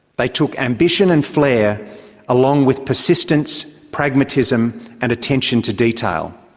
they took ambition and flair along with persistence, pragmatism and attention to detail.